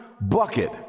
bucket